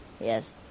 Yes